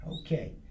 Okay